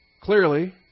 clearly